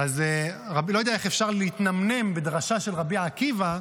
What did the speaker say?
לא יודע איך אפשר להתנמנם בדרשה של רבי עקיבא,